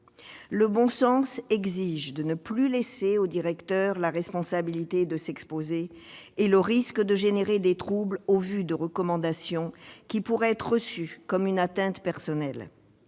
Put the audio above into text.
Le bon sens exige de ne plus laisser au directeur la responsabilité de s'exposer et le risque de provoquer des troubles au vu de recommandations qui pourraient être reçues comme une atteinte personnelle.